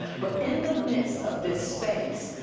but in the midst of this space,